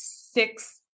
six